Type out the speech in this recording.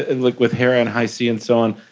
and like with hera and hi-seas and so on,